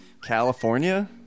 California